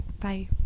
Bye